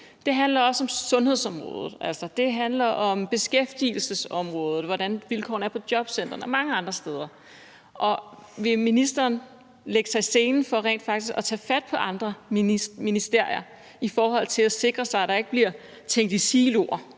Det handler også om sundhedsområdet, det handler om beskæftigelsesområdet – hvordan vilkårene er på jobcentrene – og mange andre steder. Vil ministeren lægge sig i selen for rent faktisk at tage fat i andre ministerier i forhold til at sikre sig, at der ikke bliver tænkt i siloer